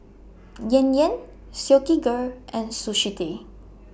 Yan Yan Silkygirl and Sushi Tei